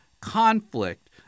conflict